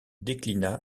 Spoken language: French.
déclina